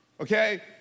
okay